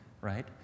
right